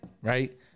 right